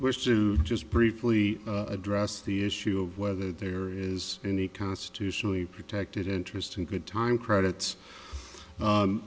which to just briefly address the issue of whether there is any constitutionally protected interest in good time credits